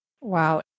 Wow